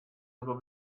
aber